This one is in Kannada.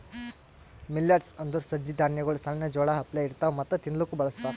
ಮಿಲ್ಲೆಟ್ಸ್ ಅಂದುರ್ ಸಜ್ಜಿ ಧಾನ್ಯಗೊಳ್ ಸಣ್ಣ ಜೋಳ ಅಪ್ಲೆ ಇರ್ತವಾ ಮತ್ತ ತಿನ್ಲೂಕ್ ಬಳಸ್ತಾರ್